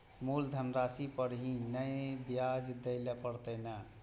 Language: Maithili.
मुलधन राशि पर ही नै ब्याज दै लै परतें ने?